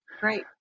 Great